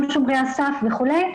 גם שומרי הסף וכולי,